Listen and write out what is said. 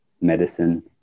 medicine